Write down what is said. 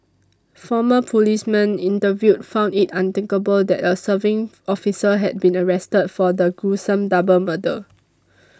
former policemen interviewed found it unthinkable that a serving officer had been arrested for the gruesome double murder